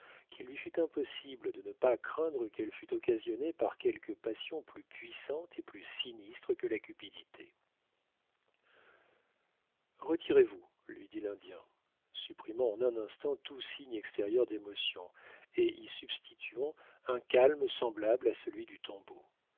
qu'il lui fut impossible de ne pas craindre qu'elle fût occasionnée par quelque passion plus puissante et plus sinistre que la cupidité retirez-vous lui dit l'indien supprimant en un instant tout signe extérieur d'émotion et y substituant un calme semblable à celui du tombeau